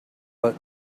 but